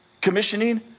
commissioning